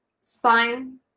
spine